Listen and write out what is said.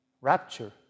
Rapture